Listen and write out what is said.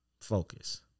Focus